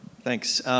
Thanks